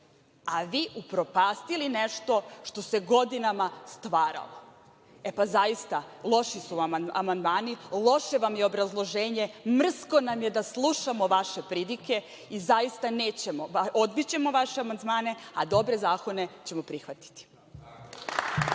a vi upropastili nešto što se godinama stvaralo. Zaista, loši su vam amandmani, loše vam je obrazloženje. Mrsko nam je da slušamo vaše pridike i zaista nećemo, odbićemo vaše amandmane, a dobre zakone ćemo prihvatiti.